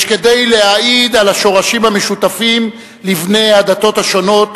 יש כדי להעיד על השורשים המשותפים לבני הדתות השונות